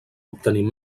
obtenir